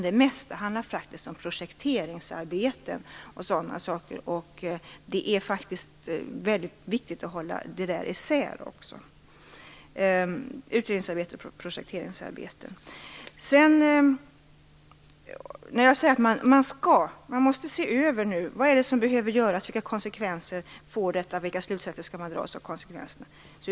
Det mesta handlar faktiskt om projekteringsarbete och sådant. Det är viktigt att hålla isär utredningsarbete och projekteringsarbete. Jag säger att man måste se över vad som behöver göras, vilka konsekvenser detta får och vilka slutsatser man skall dra.